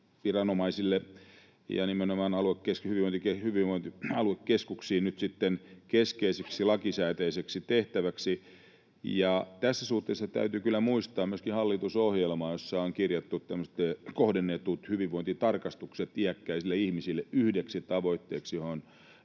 ja nimenomaan hyvinvointikeskuksiin nyt sitten keskeiseksi, lakisääteiseksi tehtäväksi. Tässä suhteessa täytyy kyllä muistaa myöskin hallitusohjelma, jossa on kirjattu tämmöiset kohdennetut hyvinvointitarkastukset iäkkäille ihmisille yhdeksi tavoitteeksi,